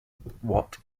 what